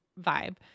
vibe